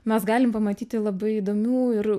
mes galim pamatyti labai įdomių ir